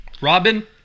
Robin